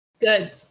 Good